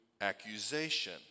accusation